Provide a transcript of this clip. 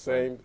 same